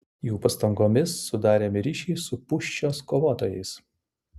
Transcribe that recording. jų pastangomis sudarėme ryšį su pūščios kovotojais